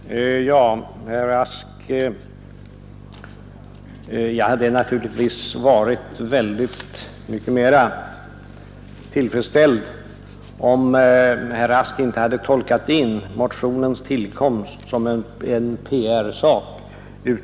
Fru talman! Jag hade naturligtvis, herr Rask, varit väldigt mycket mera tillfredsställd, om herr Rask inte hade tolkat motionens tillkomst som en PR-sak.